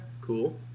cool